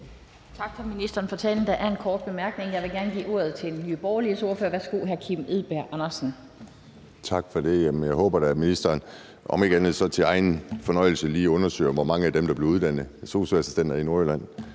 Tak for det. Jeg håber da, at ministeren om ikke andet så for sin egen fornøjelses skyld lige undersøger, hvor mange af dem, der blev uddannet til sosu-assistenter i Nordjylland,